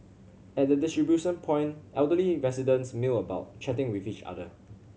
at the distribution point elderly residents mill about chatting with each other